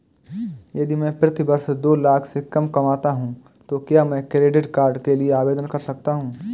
यदि मैं प्रति वर्ष दो लाख से कम कमाता हूँ तो क्या मैं क्रेडिट कार्ड के लिए आवेदन कर सकता हूँ?